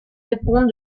répondre